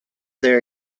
their